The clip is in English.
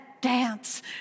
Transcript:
dance